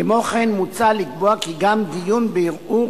כמו כן מוצע לקבוע כי גם דיון בערעור